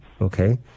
okay